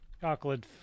Chocolate